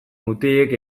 mutilek